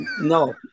No